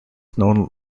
known